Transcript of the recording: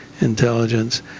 intelligence